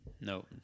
No